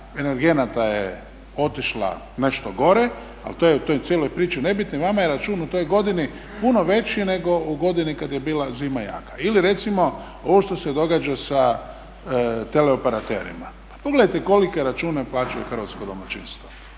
energenata je otišla nešto gore ali to je u toj cijeloj priči nebitno jer vama je račun u toj godini puno veći nego u godini kada je zima bila jaka ili recimo ovo što se događa sa teleoperaterima. Pa pogledajte kolike račune plaćaju hrvatska domaćinstva.